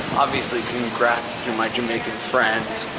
obviously congrats to my jamaican friends.